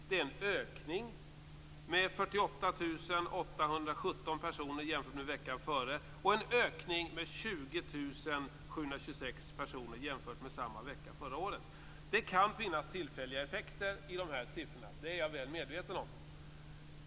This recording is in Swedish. Det är en ökning med 48 817 personer jämfört med veckan före och en ökning med 20 726 personer jämfört med samma vecka förra året. Det kan finnas tillfälliga effekter i dessa siffror. Det är jag väl medveten om.